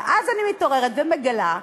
ואז אני מתעוררת ומגלה,